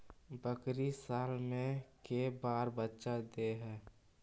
बकरी साल मे के बार बच्चा दे है?